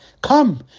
come